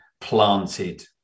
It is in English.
planted